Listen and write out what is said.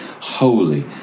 holy